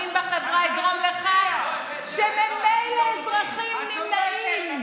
בחברה יגרום לכך שממילא אזרחים נמנעים,